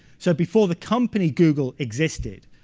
so before the company google existed.